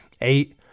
eight